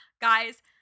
guys